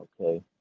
okay